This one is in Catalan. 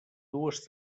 dues